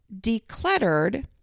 decluttered